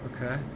okay